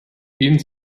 ihnen